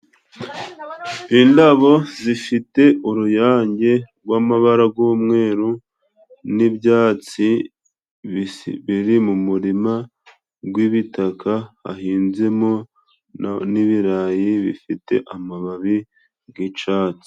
Indabo zifite uruyange rw'amabara g'umweru n'ibyatsi biri mu murima gw'ibitaka ,hahinzemo n'ibirayi bifite amababi g'icatsi.